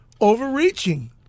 overreaching